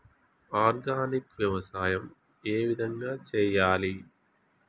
Organic వ్యవసాయం ఏ విధంగా చేయాలి?